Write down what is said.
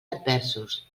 adversos